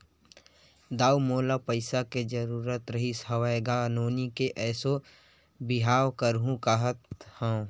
दाऊ मोला पइसा के जरुरत रिहिस हवय गा, नोनी के एसो बिहाव करहूँ काँहत हँव